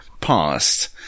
past